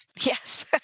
Yes